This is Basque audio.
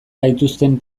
gaituzten